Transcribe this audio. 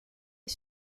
est